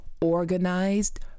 organized